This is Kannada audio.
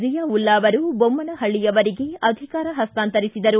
ಜಿಯಾವುಲ್ಲಾ ಅವರು ಬೊಮ್ನಹಳ್ಳಿ ಅವರಿಗೆ ಅಧಿಕಾರ ಹಸ್ತಾಂತರಿಸಿದರು